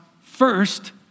first